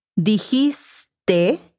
dijiste